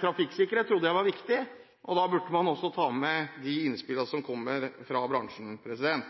Trafikksikkerhet trodde jeg var viktig, og da burde man også ta med de innspillene som kommer fra bransjen.